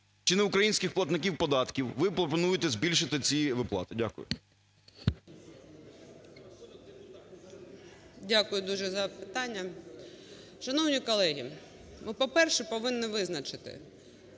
чи не українських платників податків ви пропонуєте збільшити ці виплати? Дякую. 12:59:16 КОРОЛЕВСЬКА Н.Ю. Дякую дуже за запитання. Шановні колеги, ми, по-перше, повинні визначити: